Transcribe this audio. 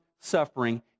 suffering